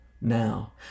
now